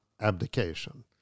abdication